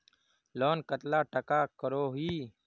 Loan कतला टाका करोही?